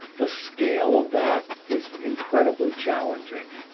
the scale of that is incredibly challenging.